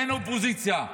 אין אופוזיציה,